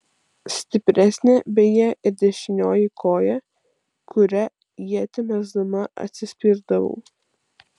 stipresnė beje ir dešinioji koja kuria ietį mesdama atsispirdavau